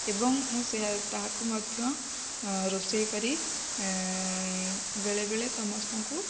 ଏବଂ ମୁଁ ସେ ତାହାକୁ ମଧ୍ୟ ରୋଷେଇ କରି ବେଳେବେଳେ ସମସ୍ତଙ୍କୁ